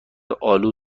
آلو